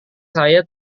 saya